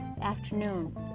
afternoon